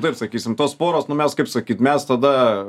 taip sakysim tos poros nu mes kaip sakyt mes tada